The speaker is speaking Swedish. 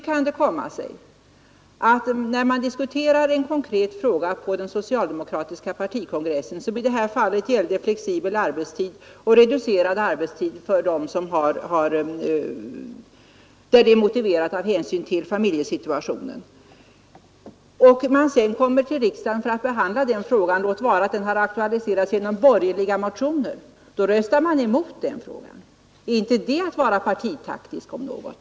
Man har diskuterat en konkret fråga på den socialdemokratiska partikongressen, som i det här fallet gällde flexibel arbetstid och reducerad arbetstid där det är motiverat av familjesituationen. När man sedan kommer till riksdagen för att behandla den frågan — låt vara att den har aktualiserats genom borgerliga motioner — röstar man emot förslaget. Är inte det att vara partitaktisk om något?